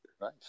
nice